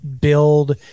build